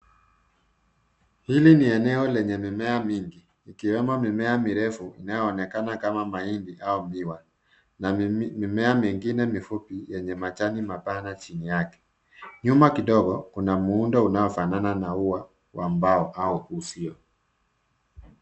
Hili ni eneo lenye mimea mingi ikiwemo mimea mirefu inayoonekana kama mahindi au miwa na mimea mingine mifupi yenye majani mapana chini yake. Nyuma kidogo kuna muundo unaofanana na ua wa mbao au uzio.